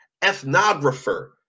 ethnographer